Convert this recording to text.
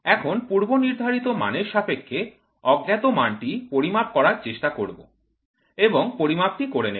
এখন পূর্বনির্ধারিত মানের সাপেক্ষে অজ্ঞাত মানটি পরিমাপ করার চেষ্টা করব এবং পরিমাপ টি করে নেব